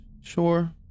Sure